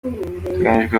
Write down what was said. biteganijwe